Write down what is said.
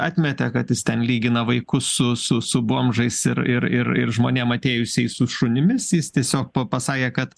atmetė kad jis ten lygina vaikus su su su bomžais ir ir ir ir žmonėm atėjusiais su šunimis jis tiesiog pa pasakė kad